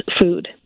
food